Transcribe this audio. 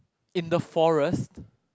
in the forest